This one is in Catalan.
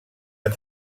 han